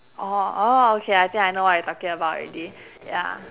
orh orh okay I think I know what you talking about already ya